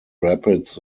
rapids